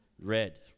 Red